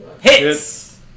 Hits